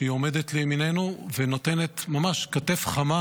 שהיא עומדת לימיננו ונותנת ממש כתף חמה.